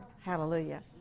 Hallelujah